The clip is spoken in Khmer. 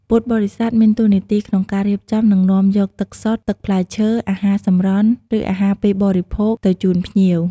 ការជូនទឹក និងអាហារនេះ មិនត្រឹមតែជាការរាក់ទាក់ប៉ុណ្ណោះទេ ប៉ុន្តែក៏ជាការជួយបំបាត់ការស្រេកឃ្លាន និងភាពនឿយហត់របស់ភ្ញៀវដែលបានធ្វើដំណើរមកពីចម្ងាយ ឬចូលរួមពិធីពីដើមដល់ចប់។